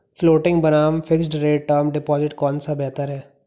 Floating बनाम fixed rate term deposit कौन सा बेहतर है?